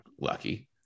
lucky